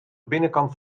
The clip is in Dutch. binnenkant